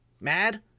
mad